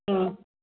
हूं